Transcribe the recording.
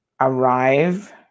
arrive